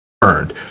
burned